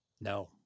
No